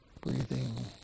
Breathing